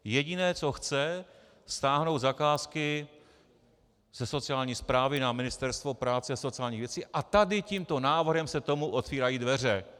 Jediné, co chce, stáhnout zakázky ze sociální správy na Ministerstvo práce a sociálních věcí a tímto návrhem se tomu otevírají dveře.